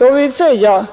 Man vill säga: